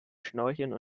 schnorcheln